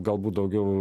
galbūt daugiau